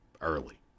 early